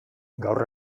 gaur